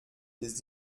ist